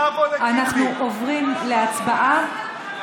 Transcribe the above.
אנחנו עוברים להצבעה.